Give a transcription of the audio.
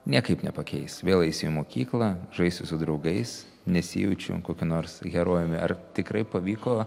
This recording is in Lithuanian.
niekaip nepakeis vėl eisiu į mokyklą žaisiu su draugais nesijaučiau kokiu nors herojumi ar tikrai pavyko